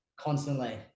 constantly